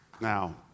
Now